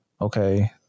Okay